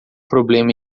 problema